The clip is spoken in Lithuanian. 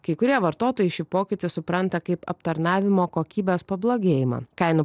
kai kurie vartotojai šį pokytį supranta kaip aptarnavimo kokybės pablogėjimą kainų